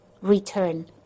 Return